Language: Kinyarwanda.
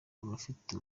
abafite